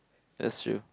that's true